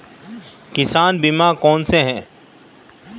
किसान बीमा कौनसे हैं?